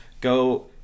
go